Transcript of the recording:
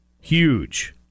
huge